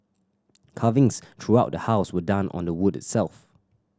carvings throughout the house were done on the wood itself